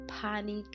panic